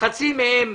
חצי מהם